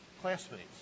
classmates